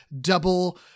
double